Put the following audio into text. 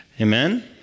Amen